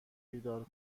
بیدار